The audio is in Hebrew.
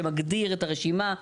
שמגדיר את הרשימה.